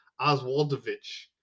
Oswaldovich